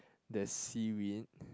there's seaweed